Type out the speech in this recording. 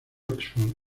oxford